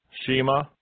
Shema